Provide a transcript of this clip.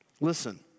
Listen